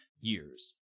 years